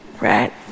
right